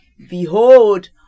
Behold